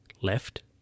left